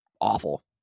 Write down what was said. awful